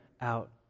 out